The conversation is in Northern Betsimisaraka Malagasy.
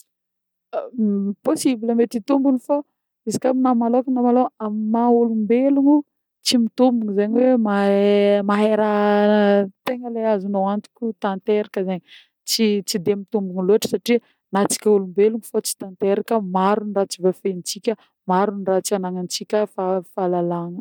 Possible mety hitombogno fô izy koà aminah manôkagna malôha ami-maha olombelogno tsy mitombogna zegny mahe raha tegna le azonô antoka tanteraka zegny, tsy tsy de mitombogna loatra satria na antsika olombelogno fô tsy tanteraka, maro raha tsy voafehintsika, maro raha tsy anagnantsika fa fahalalagna.